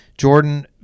Jordan